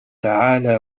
تعال